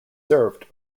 served